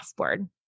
offboard